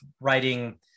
writing